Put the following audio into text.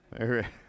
Okay